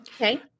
Okay